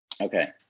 Okay